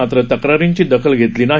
मात्र तक्रारींची दखल घेतली गेली नाही